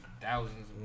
thousands